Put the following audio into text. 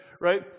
right